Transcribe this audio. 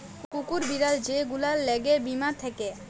কুকুর, বিড়াল যে গুলার ল্যাগে বীমা থ্যাকে